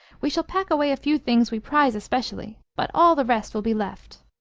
we shall pack away a few things we prize especially, but all the rest will be left.